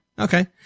Okay